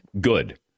good